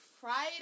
Friday